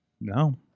No